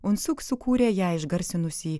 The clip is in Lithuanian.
unsuk sukūrė ją išgarsinusį